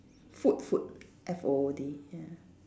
food food F O O D ya